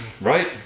right